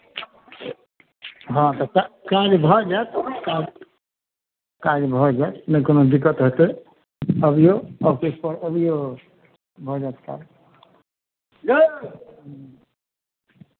हँ तऽ का काज भऽ जायत काज भऽ जायत नहि कोनो दिक्कत हेतै अबियौ ऑफिसपर अबियौ भऽ जायत काज यौ